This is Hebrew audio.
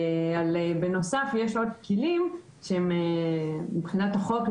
בנוסף יש עוד כלים מבחינת החוק,